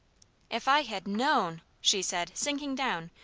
if i had known! she said, sinking down,